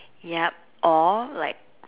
yup all like